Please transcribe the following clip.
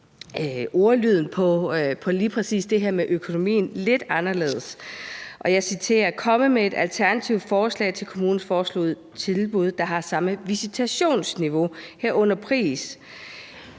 det her med økonomien lidt anderledes, og jeg citerer: »... komme med et alternativt forslag til kommunens foreslåede tilbud, der har samme visitationsniveau, herunder pris«.